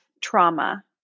Trauma